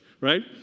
right